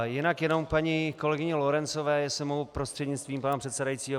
Jinak jenom k paní kolegyni Lorencové, jestli mohu prostřednictvím pana předsedajícího.